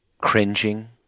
Cringing